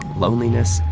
loneliness,